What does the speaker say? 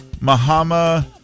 Muhammad